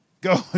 Go